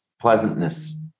pleasantness